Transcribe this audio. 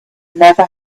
never